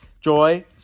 Joy